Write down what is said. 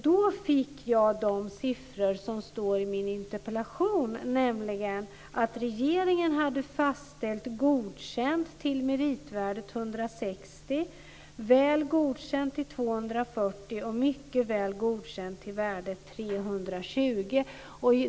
Då fick jag de siffror som står i min interpellation, nämligen att regeringen hade fastställt Godkänd till meritvärdet 160, Väl godkänd till 240 och Mycket väl godkänd till värdet 320.